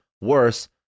worse